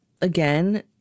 again